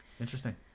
Interesting